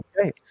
okay